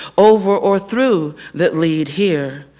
over or through, that lead here.